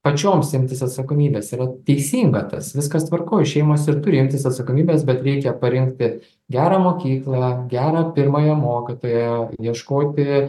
pačioms imtis atsakomybės yra teisinga tas viskas tvarkoj šeimos ir turi imtis atsakomybės bet reikia parinkti gerą mokyklą gero pirmąją mokytoją ieškoti